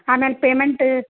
ಆಮೇಲೆ ಪೇಮೆಂಟ್